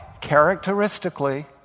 characteristically